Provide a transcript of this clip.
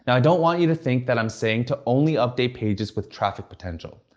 and i don't want you to think that i'm saying to only update pages with traffic potential.